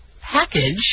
package